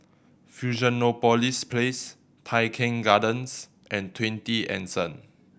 Fusionopolis Place Tai Keng Gardens and Twenty Anson